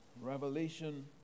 Revelation